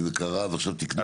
אם זה קרה אז עכשיו תיקנו את זה.